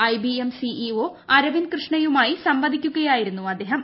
IBM CEO Arvind കൃഷ്ണയുമായി സംവദിക്കുകയായിരുന്നു അദ്ദേഹം